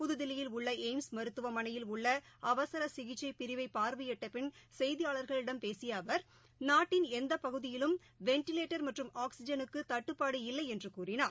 புகுதில்லியில் உள்ளளய்ம்ஸ் மருத்துவமனையில் உள்ள அவசரசிகிச்சைபிரிவைபார்வையிட்டபின் செய்தியாளர்களிடம் பேசியஅவர் நாட்டின் எந்தபகுதியிலும் வெண்டிலேட்டர் மற்றும் ஆக்ஸிஜனுக்குதட்டுப்பாடு இல்லைஎன்றும் கூறினார்